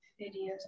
videos